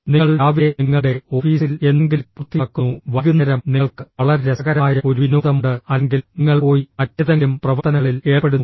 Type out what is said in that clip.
നിങ്ങൾ രാവിലെ നിങ്ങളുടെ ഓഫീസിൽ എന്തെങ്കിലും പൂർത്തിയാക്കുന്നു വൈകുന്നേരം നിങ്ങൾക്ക് വളരെ രസകരമായ ഒരു വിനോദമുണ്ട് അല്ലെങ്കിൽ നിങ്ങൾ പോയി മറ്റേതെങ്കിലും പ്രവർത്തനങ്ങളിൽ ഏർപ്പെടുന്നു